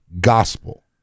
gospel